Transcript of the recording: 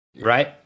right